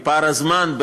כי פער הזמן,